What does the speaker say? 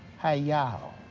hey, yo.